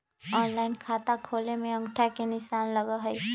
Online खाता खोले में अंगूठा के निशान लगहई?